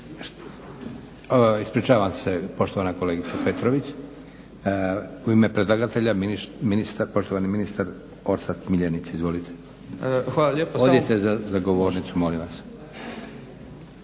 ispričavam se poštovana kolegice Petrović. U ime predlagatelja poštovani ministar Orsat Miljenić. Izvolite za govornicu molim vas.